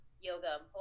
yoga